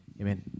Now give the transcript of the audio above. Amen